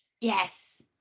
yes